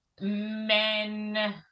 men